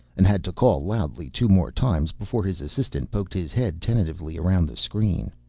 and had to call loudly two more times before his assistant poked his head tentatively around the screen.